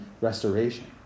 restoration